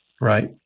Right